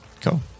cool